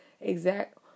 exact